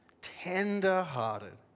tender-hearted